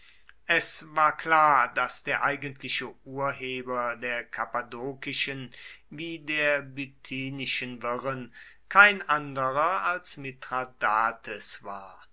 es war klar daß der eigentliche urheber der kappadokischen wie der bithynischen wirren kein anderer als mithradates war